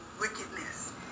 wickedness